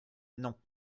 non